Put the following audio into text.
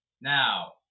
Now